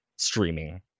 streaming